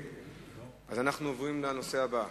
אם כן, נעבור לנושא הבא.